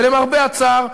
למרבה הצער,